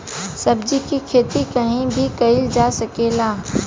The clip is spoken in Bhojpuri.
सब्जी के खेती कहीं भी कईल जा सकेला